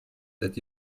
that